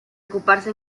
ocuparse